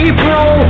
April